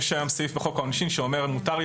יש היום סעיף בחוק העונשין שאומר שמותר לי